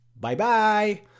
bye-bye